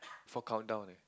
for countdown leh